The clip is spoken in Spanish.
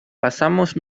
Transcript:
pasamos